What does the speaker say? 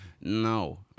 No